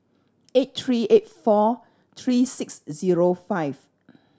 eight three eight four three six zero five